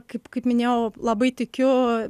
kaip kaip minėjau labai tikiu